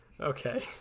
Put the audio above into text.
Okay